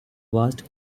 vast